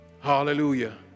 Hallelujah